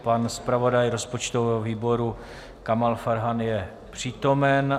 Pan zpravodaj rozpočtového výboru Kamal Farhan je přítomen.